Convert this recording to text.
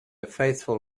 faithful